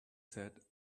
said